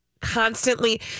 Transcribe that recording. constantly